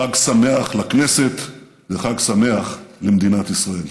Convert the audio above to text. חג שמח לכנסת וחג שמח למדינת ישראל.